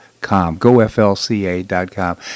goflca.com